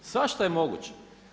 Svašta je moguće.